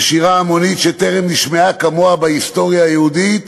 בשירה המונית שטרם נשמעה כמוה בהיסטוריה היהודית